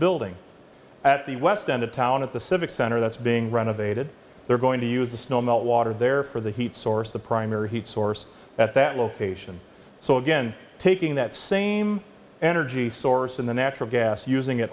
building at the west end of town at the civic center that's being renovated they're going to use the snow melt water there for the heat source the primary heat source at that location so again taking that same energy source and the natural gas using it